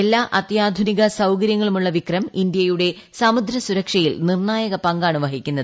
എല്ലാ അത്യാധുനിക സൌകര്യങ്ങളുമുള്ള വിക്രം ഇന്ത്യയുടെ സമുദ്ര സുരക്ഷയിൽ നിർണായക പങ്കാണ് വഹിക്കുന്നത്